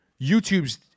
YouTube's